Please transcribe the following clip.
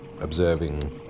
Observing